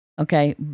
Okay